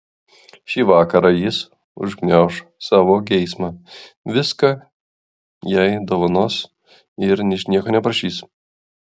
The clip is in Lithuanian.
šį vakarą jis užgniauš savo geismą viską jai dovanos ir ničnieko neprašys